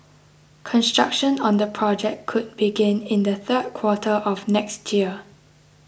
construction on the project could begin in the third quarter of next year